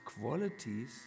qualities